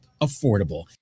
affordable